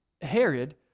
Herod